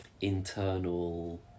internal